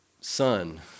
son